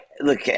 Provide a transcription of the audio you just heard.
look